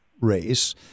race